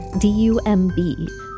D-U-M-B